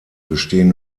bestehen